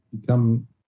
become